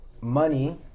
money